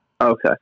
Okay